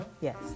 Yes